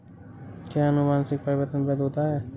क्या अनुवंशिक परिवर्तन वैध होता है?